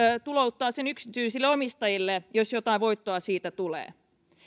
tulouttavat ne yksityisille omistajilleen jos jotain voittoa siitä tulee